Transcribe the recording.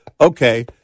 okay